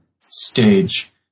stage